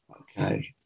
Okay